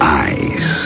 eyes